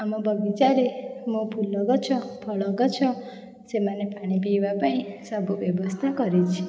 ଆମ ବଗିଚାରେ ମୋ ଫୁଲଗଛ ଫଳଗଛ ସେମାନେ ପାଣିପିଇବା ପାଇଁ ସବୁ ବ୍ୟବସ୍ଥା କରିଛି